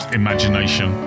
imagination